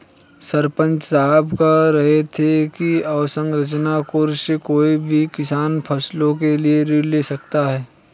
सरपंच साहब कह रहे थे कि अवसंरचना कोर्स से कोई भी किसान फसलों के लिए ऋण ले सकता है